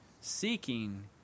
seeking